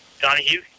Donahue